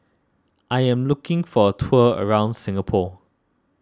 I am looking for a tour around Singapore